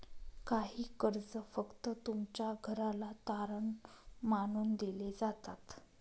काही कर्ज फक्त तुमच्या घराला तारण मानून दिले जातात